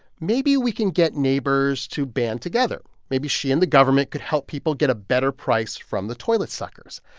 maybe we can get neighbors to band together. maybe she and the government could help people get a better price from the toilet suckers.